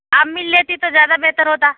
آپ مِل لیتی تو زیادہ بہتر ہوتا